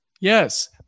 Yes